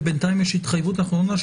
ובינתיים יש התחייבות אנחנו לא מאשרים